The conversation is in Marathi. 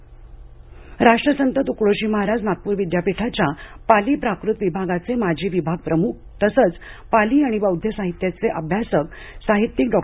विमलकीर्ती निधन राष्ट्रसंत तुकडोजी महाराज नागपूर विद्यापिठाच्यापाली प्राकृत विभागाचे माजी विभाग प्रमुख तसंच पाली आणि बौद्ध साहित्याचे अभ्यासक साहित्यीक डॉ